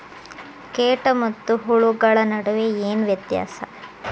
ಕೇಟ ಮತ್ತು ಹುಳುಗಳ ನಡುವೆ ಏನ್ ವ್ಯತ್ಯಾಸ?